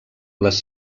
les